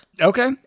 Okay